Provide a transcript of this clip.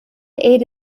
ate